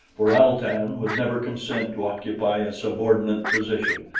for al-tan would never consent to occupy a subordinate position,